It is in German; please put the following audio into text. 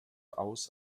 aus